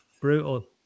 Brutal